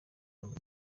ijambo